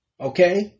Okay